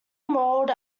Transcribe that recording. enrolled